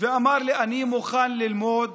והוא אמר לי: אני מוכן ללמוד